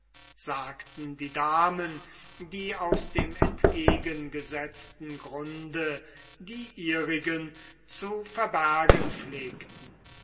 sagten die damen die aus dem entgegengesetzten grunde die ihrigen zu verbergen pflegten